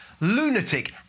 Lunatic